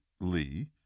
Lee